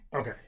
Okay